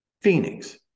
phoenix